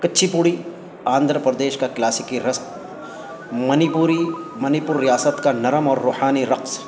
کچی پوڑی آندھرا پردیش کا کلاسکی رقص منیپوری منی پور ریاست کا نرم اور روحانی رقص